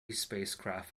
spacecraft